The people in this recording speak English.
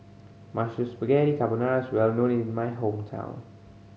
Mushroom Spaghetti Carbonara is well known in my hometown